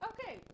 Okay